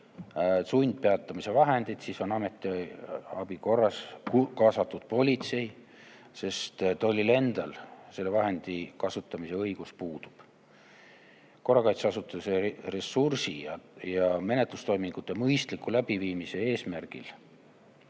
sundpeatamise vahendeid, siis on ametiabi korras kaasatud politsei, sest tollil endal selle vahendi kasutamise õigus puudub. Korrakaitseasutuse ressursi ja menetlustoimingute mõistliku läbiviimise eesmärgil.